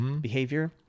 behavior